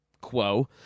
quo